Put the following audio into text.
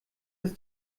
das